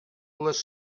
les